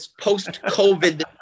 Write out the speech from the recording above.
post-COVID